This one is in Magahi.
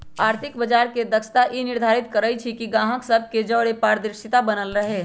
आर्थिक बजार के दक्षता ई निर्धारित करइ छइ कि गाहक सभ के जओरे पारदर्शिता बनल रहे